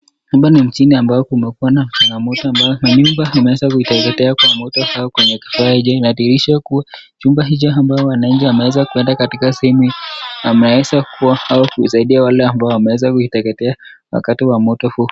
Hapa ni mjini ambapo kuweza kuwa na changamoto ambapo manyumba zimeweza kuteketea kwa moto au kwenye kifaa hicho. Inadhihirisha kuwa chumba hicho ambacho wananchi wameweza kuenda katika sehemu wanaweza kuwa au kusaidia wale ambao wameweza kuteketea wakati wa moto huu.